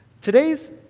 Today's